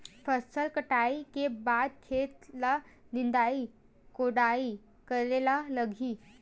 फसल कटाई के बाद खेत ल निंदाई कोडाई करेला लगही?